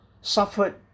suffered